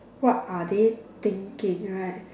what are they thinking right